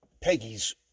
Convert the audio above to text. Peggy's